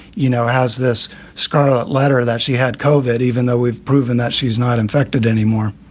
you know, has this scarlet letter that she had covered, even though we've proven that she's not infected anymore